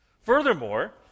furthermore